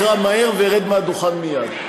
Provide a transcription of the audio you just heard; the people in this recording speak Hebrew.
אני אקרא מהר וארד מהדוכן מייד.